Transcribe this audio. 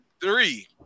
Three